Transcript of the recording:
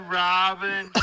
robin